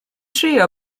trio